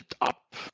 up